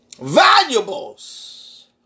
Valuables